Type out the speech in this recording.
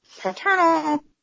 paternal